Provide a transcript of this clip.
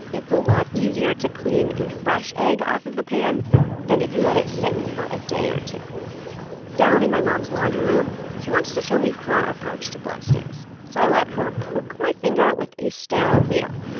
it's a lot easier to clean a fresh egg off of the pan than if you let it sit for a day or two down in my mom's laundry room, she wants to show me her approach to bloodstains, so i let her poke my finger with a sterile needle.